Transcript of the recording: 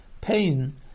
pain